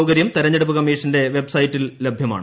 സൌകര്യം തെരഞ്ഞെടുപ്പ് കമ്മീഷന്റെ വെബ്സൈറ്റിൽ ലഭ്യമാണ്